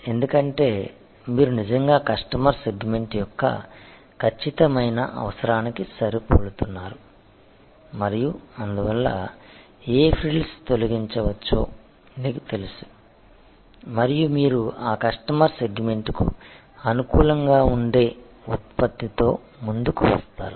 ఎందుకంటే మీరు నిజంగా కస్టమర్ సెగ్మెంట్ యొక్క ఖచ్చితమైన అవసరానికి సరిపోలుతున్నారు మరియు అందువల్ల ఏ ఫ్రిల్స్ తొలగించవచ్చో మీకు తెలుసు మరియు మీరు ఆ కస్టమర్ సెగ్మెంట్కు అనుకూలంగా ఉండే ఉత్పత్తితో ముందుకు వస్తారు